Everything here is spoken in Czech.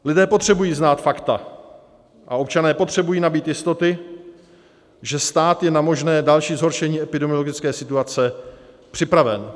Lidé potřebují znát fakta a občané potřebují nabýt jistoty, že stát je na možné další zhoršení epidemiologické situace připraven.